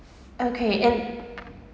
okay and